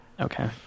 okay